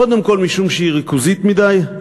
קודם כול משום שהיא ריכוזית מדי,